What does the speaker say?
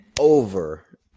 over